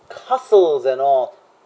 castles and all